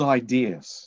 ideas